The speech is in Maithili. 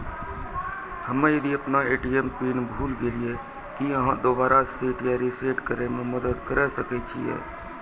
हम्मे यदि अपन ए.टी.एम पिन भूल गलियै, की आहाँ दोबारा सेट या रिसेट करैमे मदद करऽ सकलियै?